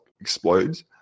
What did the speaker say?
explodes